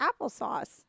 applesauce